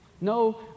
No